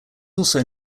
also